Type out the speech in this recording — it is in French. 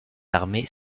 armées